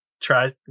try